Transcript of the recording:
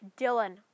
Dylan